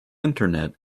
internet